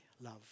love